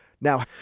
Now